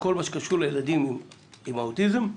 בכל מה שקשור לילדים עם האוטיזם,